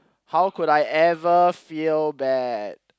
how could I ever feel bad